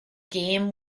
game